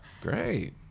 Great